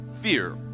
Fear